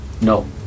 No